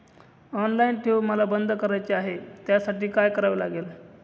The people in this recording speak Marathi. ऑनलाईन ठेव मला बंद करायची आहे, त्यासाठी काय करावे लागेल?